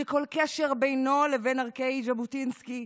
שכל קשר בינו לבין ערכי ז'בוטינסקי,